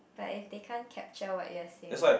but if they can't capture what you're saying